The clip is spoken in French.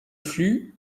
flux